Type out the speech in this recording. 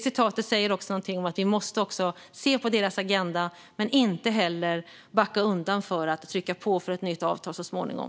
Vi måste se på deras agenda men inte backa undan för att trycka på för ett nytt avtal så småningom.